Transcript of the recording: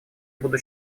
буду